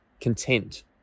content